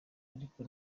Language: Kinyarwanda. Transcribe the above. ariko